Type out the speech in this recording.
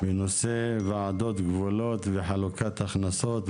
בנושא ועדות גבולות וחלוקת הכנסות,